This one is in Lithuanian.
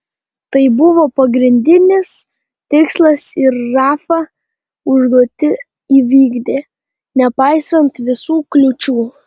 tai buvo pagrindinis tikslas ir rafa užduotį įvykdė nepaisant visų kliūčių